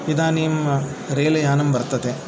इदानीं रेल यानं वर्तते